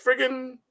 friggin